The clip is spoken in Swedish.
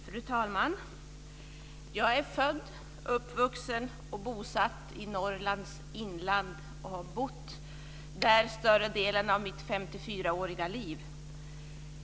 Fru talman! Jag är född, uppvuxen och bosatt i Norrlands inland, och jag har bott där större delen av mitt 54-åriga liv.